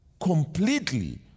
completely